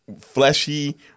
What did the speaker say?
fleshy